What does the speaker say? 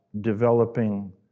developing